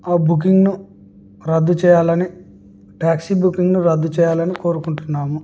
ఆ బుకింగ్ను రద్దు చేయాలని ట్యాక్సీ బుకింగ్ను రద్దు చేయాలని కోరుకుంటున్నాము